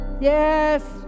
Yes